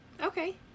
Okay